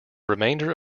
remainder